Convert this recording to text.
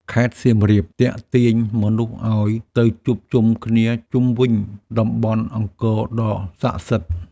ខេត្តសៀមរាបទាក់ទាញមនុស្សឱ្យទៅជួបជុំគ្នាជុំវិញតំបន់អង្គរដ៏ស័ក្តិសិទ្ធិ។